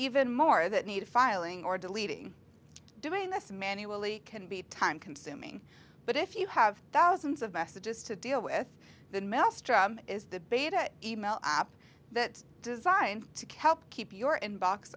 even more that need filing or deleting doing this manually can be time consuming but if you have thousands of messages to deal with than maelstrom is the beta email app that designed to kelp keep your inbox